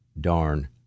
darn